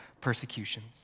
persecutions